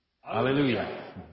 Hallelujah